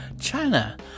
China